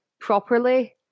properly